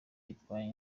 yitwaje